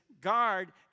guard